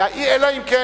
אלא אם כן,